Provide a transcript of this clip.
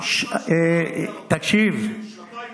היא הרבה לפני,